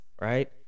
right